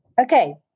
Okay